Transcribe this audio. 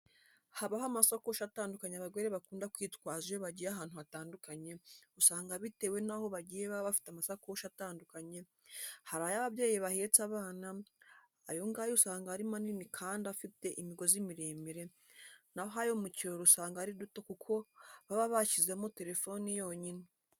Habaho amasakoshi atandukanye abagore bakunda kwitwaza iyo bagiye ahantu hatandukanye, usanga bitewe n'aho bagiye baba bafite amasakoshi atandukanye, hari ay'ababyeyi bahetse abana, ayo ngayo usanga ari manini kandi afite imigozi miremire, na ho ayo mu kirori usanga ari duto kuko baba bashyizemo telefone yonyine.